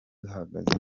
duhagaze